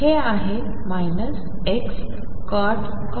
हे आहे Xcot X